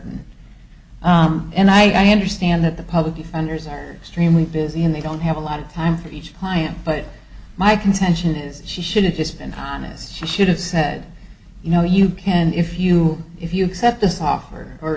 pardon and i understand that the public defenders are extremely busy and they don't have a lot of time for each client but my contention is she should have just and honest she should have said you know you can if you if you accept this offer or